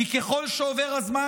כי ככל שעובר הזמן,